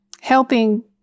helping